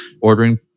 ordering